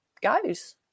goes